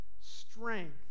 strength